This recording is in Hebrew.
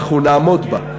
ואנחנו נעמוד בה.